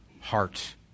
heart